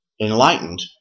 enlightened